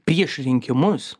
prieš rinkimus